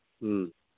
ꯎꯝ